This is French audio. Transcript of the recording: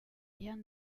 yan